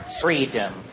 freedom